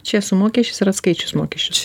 čia su mokesčiais ar atskaičius mokesčius